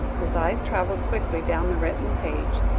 his eyes travelled quickly down the written page,